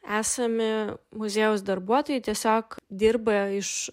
esami muziejaus darbuotojai tiesiog dirba iš